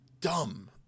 dumb